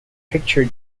picture